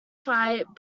fight